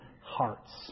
hearts